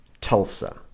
Tulsa